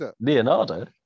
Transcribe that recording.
Leonardo